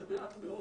זה מעט מאוד.